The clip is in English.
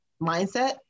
mindset